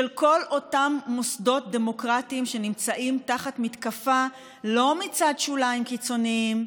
של כל אותם מוסדות דמוקרטיים שנמצאים תחת מתקפה לא מצד שוליים קיצוניים,